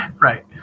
Right